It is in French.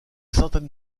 centaines